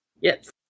yes